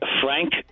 frank